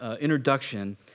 introduction